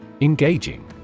Engaging